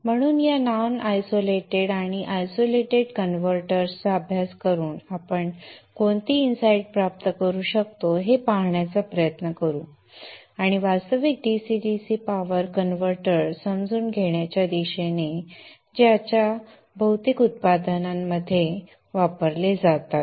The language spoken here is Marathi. म्हणून या नॉन आयसोलेटेड आणि आयसोलेटेड कन्व्हर्टर्स चा अभ्यास करून आपण कोणती इन साईट प्राप्त करू शकतो हे पाहण्याचा प्रयत्न करू आणि वास्तविक DC DC पॉवर कन्व्हर्टर समजून घेण्याच्या दिशेने जाऊ जे आजच्या बहुतेक उत्पादनांमध्ये जातात